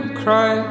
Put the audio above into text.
cry